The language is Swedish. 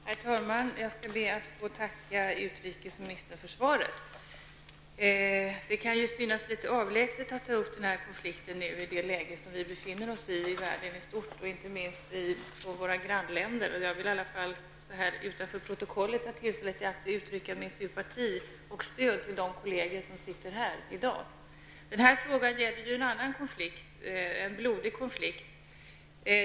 Herr talman! Jag skall be att få tacka utrikesministern för svaret. Det kan ju synas litet avlägset att ta upp den här konflikten i det läge som världen i stort och inte minst våra grannländer nu befinner sig i. Jag vill så här utanför protokollet ta tillfället i akt att uttrycka min sympati och mitt stöd till de kolleger som sitter här i kammaren i dag. Den här frågan gäller en annan konflikt, en blodig konflikt.